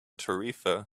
tarifa